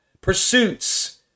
pursuits